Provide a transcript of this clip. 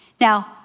Now